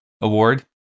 award